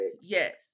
yes